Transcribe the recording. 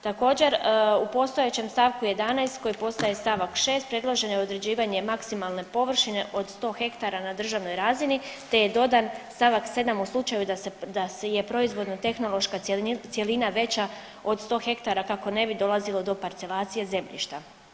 Također, u postojećem stavku 11. koji postaje stavak 6. predloženo je određivanje maksimalne površine od 100 hektara na državnoj razini te je dodan stavak 7. u slučaju da se, da je proizvodno tehnološka cjelina veća od 100 hektara kako ne bi dolazilo do parcelacije zemljišta.